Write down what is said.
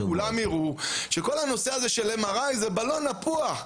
שכולם יראו שכל הנושא הזה של MRI זה בלון נפוח.